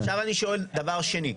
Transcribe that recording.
עכשיו אני שואל דבר שני.